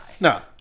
No